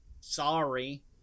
sorry